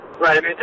Right